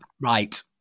Right